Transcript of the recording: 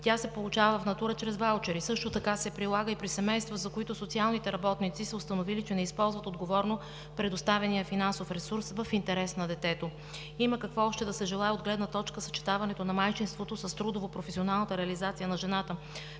тя получава в натура чрез ваучери. Същото се прилага и при семейства, за които социалните работници са установили, че не използват отговорно предоставения финансов ресурс в интерес на детето. Има какво още да се желае от гледна точка съчетаването на майчинството с трудово-професионалната реализация на жената.